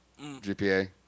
GPA